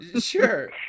sure